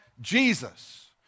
Jesus